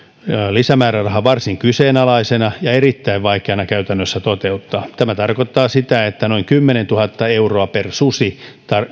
lisämäärärahaa varsin kyseenalaisena ja erittäin vaikeana käytännössä toteuttaa tämä tarkoittaa sitä että noin kymmenentuhatta euroa per susi